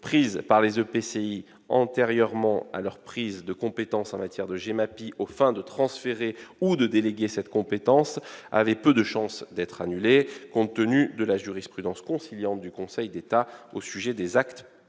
prises par les EPCI, antérieurement au transfert vers ces structures de la compétence GEMAPI, aux fins de transférer ou déléguer cette compétence avaient peu de chance d'être annulées, compte tenu de la jurisprudence conciliante du Conseil d'État au sujet des actes